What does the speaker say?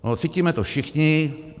Cítíme to všichni.